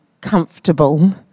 comfortable